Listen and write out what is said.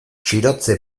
txirotze